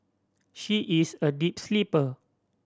she is a deep sleeper